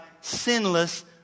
sinless